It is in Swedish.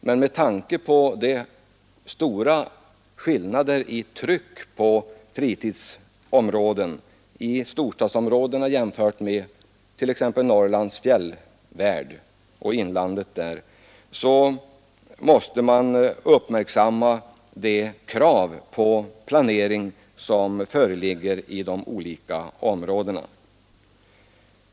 Men med tanke på de stora skillnader i tryck på fritidsområden mellan storstadsområdena och t.ex. Norrlands fjällvärld och inland måste man uppmärksamma de krav på planering som föreligger i de olika områdena.